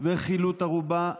וחילוט ערובה,